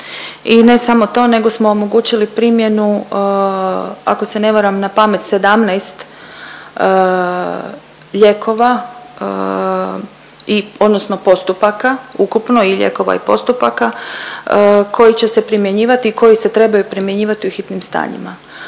i ne samo to nego smo omogućili primjenu ako se ne varam napamet 17 lijekova i odnosno postupaka ukupno i lijekova i postupaka koji će se primjenjivati i koji se trebaju primjenjivati u hitnom stanjima.